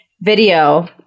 video